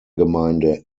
gemeinde